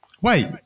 Wait